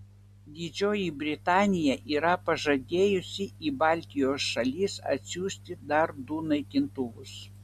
didžioji britanija yra pažadėjusi į baltijos šalis atsiųsti dar du naikintuvus